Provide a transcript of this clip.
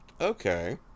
Okay